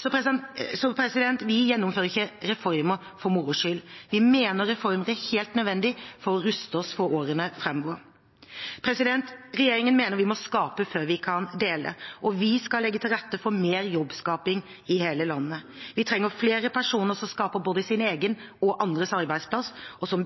Vi gjennomfører ikke reformer for moro skyld. Vi mener reformer er helt nødvendige for å ruste oss for årene framover. Regjeringen mener at vi må skape før vi kan dele, og vi skal legge til rette for mer jobbskaping i hele landet. Vi trenger flere personer som skaper både sin egen og andres arbeidsplass, og som